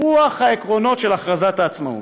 ברוח העקרונות של הכרזת העצמאות.